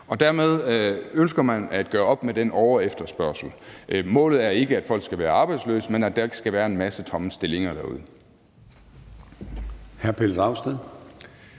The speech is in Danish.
Og dermed ønsker man at gøre op med den overefterspørgsel. Målet er ikke, at folk skal være arbejdsløse, men at der ikke skal være en masse tomme stillinger derude.